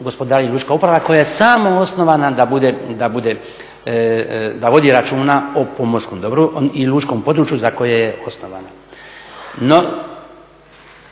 gospodari lučka uprava koja je samo osnovana da bude, da vodi računa o pomorskom dobru i lučkom području za koje je osnovana. No,